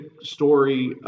story